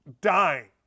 dying